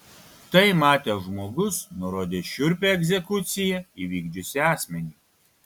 tai matęs žmogus nurodė šiurpią egzekuciją įvykdžiusį asmenį